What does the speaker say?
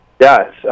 Yes